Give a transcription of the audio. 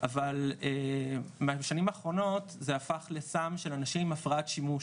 אבל בשנים האחרונות זה הפך לסם של אנשים עם הפרעת שימוש